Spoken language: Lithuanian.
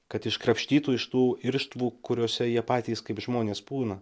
kad iškrapštytų iš tų irštvų kuriose jie patys kaip žmonės pūna